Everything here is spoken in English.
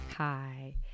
Hi